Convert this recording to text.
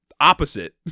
opposite